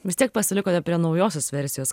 vis tiek pasilikote prie naujosios versijos